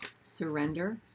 surrender